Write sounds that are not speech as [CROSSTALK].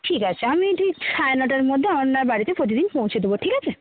ঠিক আছে আমি ঠিক সাড়ে নটার মধ্যে [UNINTELLIGIBLE] বাড়িতে প্রতিদিন পৌঁছে দেবো ঠিক আছে